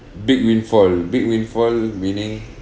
big windfall big windfall meaning